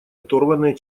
оторванные